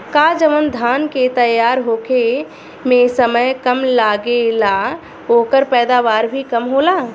का जवन धान के तैयार होखे में समय कम लागेला ओकर पैदवार भी कम होला?